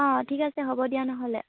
অঁ ঠিক আছে হ'ব দিয়া নহ'লে